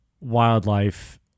wildlife